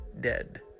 Dead